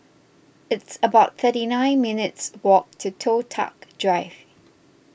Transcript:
it's about thirty nine minutes' walk to Toh Tuck Drive